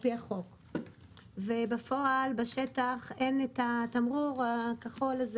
אבל בפועל בשטח אין את התמרור הכחול של